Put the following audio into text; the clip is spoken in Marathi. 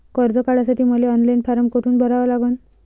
कर्ज काढासाठी मले ऑनलाईन फारम कोठून भरावा लागन?